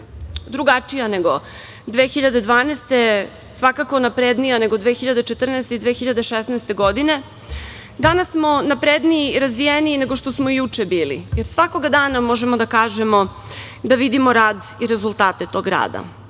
drugačija nego 2012, svakako naprednija nego 2014. i 2016. godine. Danas smo napredniji i razvijeniji nego što smo juče bili, jer svakoga dana možemo da kažemo da vidimo rad i rezultate tog rada.